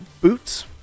boots